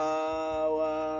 Power